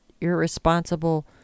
irresponsible